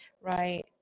Right